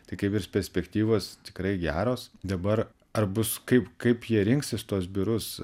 tai kaip ir perspektyvos tikrai geros dabar ar bus kaip kaip jie rinksis tuos biurus